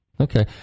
Okay